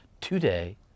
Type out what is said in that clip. today